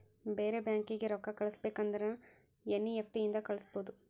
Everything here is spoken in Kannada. ಬೇರೆ ಬ್ಯಾಂಕೀಗಿ ರೊಕ್ಕಾ ಕಳಸ್ಬೇಕ್ ಅಂದುರ್ ಎನ್ ಈ ಎಫ್ ಟಿ ಇಂದ ಕಳುಸ್ಬೋದು